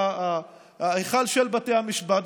ההיכל של בתי המשפט,